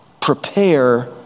Prepare